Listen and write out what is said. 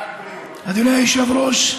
אדוני היושב-ראש,